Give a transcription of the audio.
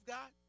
God